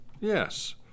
Yes